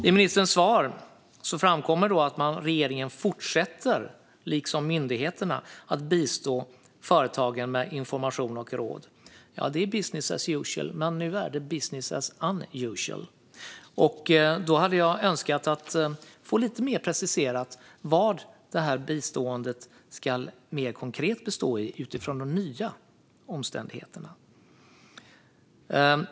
I ministerns svar framkommer att regeringen liksom myndigheterna fortsätter bistå företagen med information och råd. Ja, det är business as usual. Men nu är det business as unusual. Då hade jag önskat att få preciserat vad det här biståndet ska bistå i mer konkret, utifrån de nya omständigheterna.